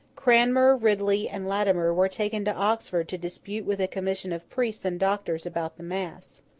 cranmer, ridley, and latimer, were taken to oxford to dispute with a commission of priests and doctors about the mass.